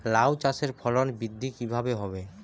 লাউ চাষের ফলন বৃদ্ধি কিভাবে হবে?